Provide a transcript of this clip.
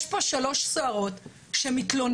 יש פה שלוש סוהרות שמתלוננות,